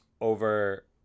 over